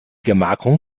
gemarkung